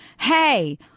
hey